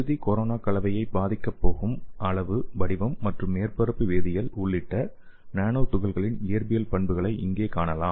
இறுதி கொரோனா கலவையை பாதிக்கப் போகும் அளவு வடிவம் மற்றும் மேற்பரப்பு வேதியியல் உள்ளிட்ட நானோ துகள்களின் இயற்பியல் பண்புகளை இங்கே காணலாம்